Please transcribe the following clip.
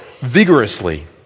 vigorously